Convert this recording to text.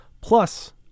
plus